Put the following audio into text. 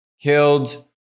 killed